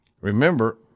remember